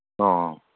ꯑꯣ